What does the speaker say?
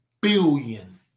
billion